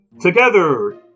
together